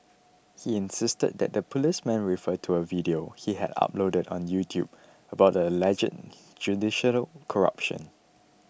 he insisted that the policemen refer to a video he had uploaded on YouTube about alleged corruption